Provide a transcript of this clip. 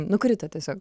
nukrito tiesiog